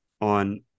on